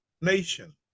nation